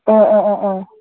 ꯑꯥ ꯑꯥ ꯑꯥ ꯑꯥ